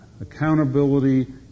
Accountability